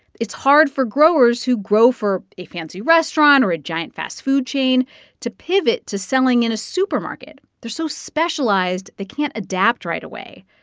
it's hard for growers who grow for a fancy restaurant or a giant fast-food chain to pivot to selling in a supermarket. they're so specialized they can't adapt right away.